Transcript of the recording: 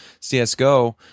CSGO